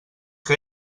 que